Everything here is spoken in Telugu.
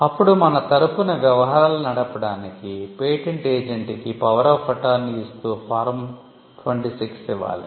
అప్పుడు మన తరపున వ్యవహారాలు నడపడానికి పేటెంట్ ఏజెంట్ కి power of attorney ఇస్తూ ఫారం 26 ఇవ్వాలి